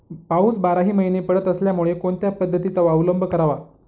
पाऊस बाराही महिने पडत असल्यामुळे कोणत्या पद्धतीचा अवलंब करावा?